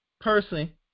personally